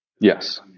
Yes